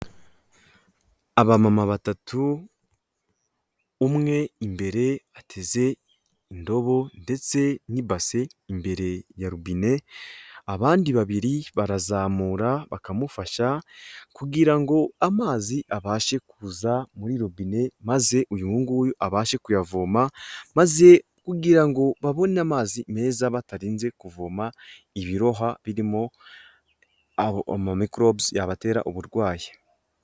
Aba mama batatu, umwe imbere ateze indobo ndetse n'imbasi imbere ya rubine. Abandi babiri barazamura bakamufasha kugira ngo amazi abashe kuza muri robine maze uyu nguyu abashe kuyavoma maze ugira ngo babone amazi meza batarinze kuvoma ibirohwa birimo ama microbes yabatera uburwayi.